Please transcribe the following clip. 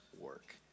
work